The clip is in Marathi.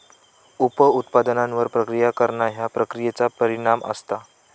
उप उत्पादनांवर प्रक्रिया करणा ह्या प्रक्रियेचा परिणाम असता